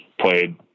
played